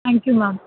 thank you ma'am